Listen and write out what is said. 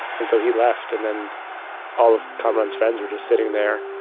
and so he left. and then all of kamaran's friends were just sitting there.